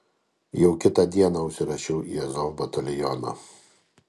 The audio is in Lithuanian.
jau kitą dieną užsirašiau į azov batalioną